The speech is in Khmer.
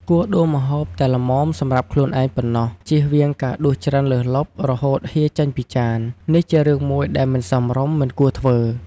គួរដួសម្ហូបតែល្មមសម្រាប់ខ្លួនឯងប៉ុណ្ណោះ ជៀសវាងការដួសច្រើនលើសលប់ រហូតហៀរចេញពីចាន នេះជារឿងមួយដែលមិនសមរម្យ មិនគួរធ្វើ។